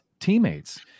teammates